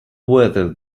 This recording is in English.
weather